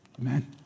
Amen